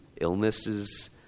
illnesses